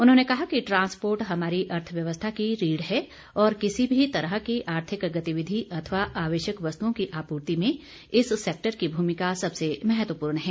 उन्होंने कहा कि ट्रांसपोर्ट हमारी अर्थव्यवस्था की रीढ़ है और किसी भी तरह की आर्थिक गतिविधि अथवा आवश्यक वस्तुओं की आपूर्ति में इस सैक्टर की भूमिका सबसे महत्वपूर्ण है